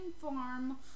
farm